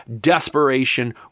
desperation